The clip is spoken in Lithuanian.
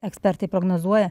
ekspertai prognozuoja